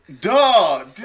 Duh